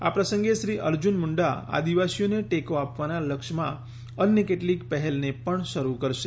આ પ્રસંગે શ્રી અર્જુન મુંડા આદિવાસીઓને ટેકો આપવાના લક્ષ્યમાં અન્ય કેટલીક પહેલને પણ શરૂ કરશે